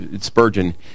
Spurgeon